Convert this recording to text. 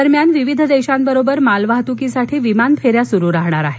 दरम्यान विविध देशांबरोबर मालवाहतूकीसाठी विमान फेऱ्या सुरू राहणार आहेत